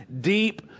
deep